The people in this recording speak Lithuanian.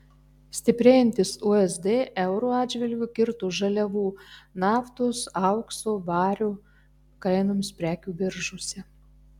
stiprėjantis usd euro atžvilgiu kirto žaliavų naftos aukso vario kainoms prekių biržose